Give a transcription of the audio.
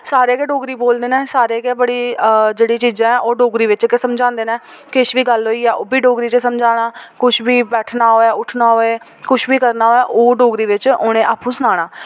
सारे गै डोगरी बोलदे न सारे गै बड़ी जेह्ड़ी चीज़ां ऐ ओह् डोगरी बिच गै समझांदे न किश बी गल्ल होइया ओह्बी डोगरी च गै समझाना कुछ बी बैठना होऐ उठना होऐ कुछ बी करना होऐ ओह् डोगरी बिच उ'नें आपूं सनाना